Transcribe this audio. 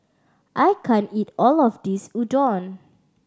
I can't eat all of this Udon